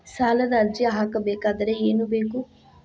ಸಾಲದ ಅರ್ಜಿ ಹಾಕಬೇಕಾದರೆ ಏನು ಬೇಕು?